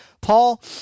Paul